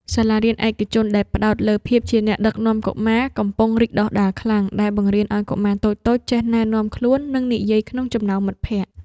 សាលារៀនឯកជនដែលផ្ដោតលើ ភាពជាអ្នកដឹកនាំកុមារ កំពុងរីកដុះដាលខ្លាំង ដែលបង្រៀនឱ្យកុមារតូចៗចេះណែនាំខ្លួន និងនិយាយក្នុងចំណោមមិត្តភក្តិ។